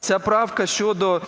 Ця правка щодо